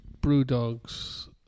Brewdog's